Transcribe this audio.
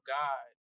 god